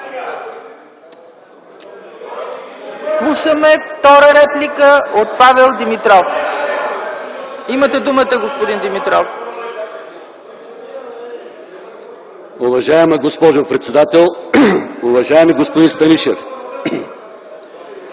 Слушаме втора реплика от Павел Димитров. Имате думата, господин Димитров. ПАВЕЛ ДИМИТРОВ (ГЕРБ): Уважаема госпожо председател, уважаеми господин Станишев!